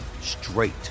straight